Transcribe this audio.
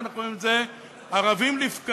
ואנחנו רואים את זה ערבים לבקרים.